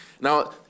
Now